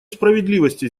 справедливости